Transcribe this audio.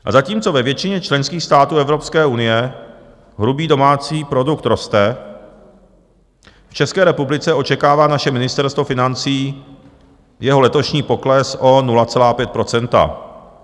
A zatímco ve většině členských států Evropské unie hrubý domácí produkt roste, v České republice očekává naše Ministerstvo financí jeho letošní pokles o 0,5 %.